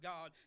God